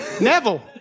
Neville